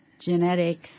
genetics